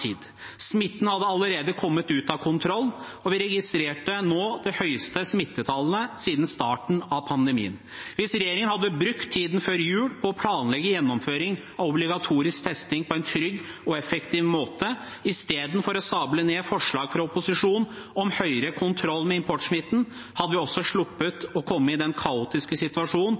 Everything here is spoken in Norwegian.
tid. Smitten hadde allerede kommet ut av kontroll, og vi registrerte nå de høyeste smittetallene siden starten av pandemien. Hvis regjeringen hadde brukt tiden før jul på å planlegge gjennomføring av obligatorisk testing på en trygg og effektiv måte istedenfor å sable ned forslag fra opposisjonen om bedre kontroll med importsmitten, hadde vi sluppet å komme i den kaotiske situasjonen